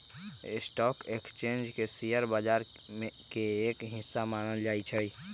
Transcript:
stock exchange के share बाजार के एक हिस्सा मानल जा हई